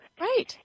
right